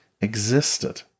existed